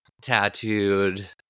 tattooed